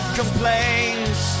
complains